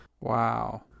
Wow